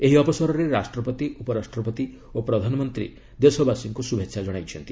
ଏହି ଅବସରରେ ରାଷ୍ଟ୍ରପତି ଉପରାଷ୍ଟ୍ରପତି ଓ ପ୍ରଧାନମନ୍ତ୍ରୀ ଦେଶବାସୀଙ୍କୁ ଶୁଭେଚ୍ଛା ଜଣାଇଛନ୍ତି